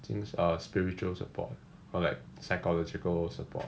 means uh spiritual support or like psychological support